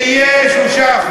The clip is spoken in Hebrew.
תיהנו עם זה.